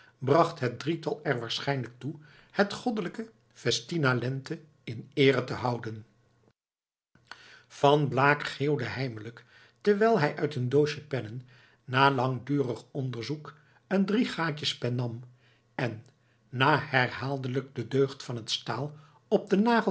het drietal er waarschijnlijk toe het goddelijke festina lente in eere te houden van blaak geeuwde heimelijk terwijl hij uit een doosje pennen na langdurig onderzoek een driegaatjes pen nam en na herhaaldelijk de deugd van het staal op den